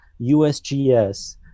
usgs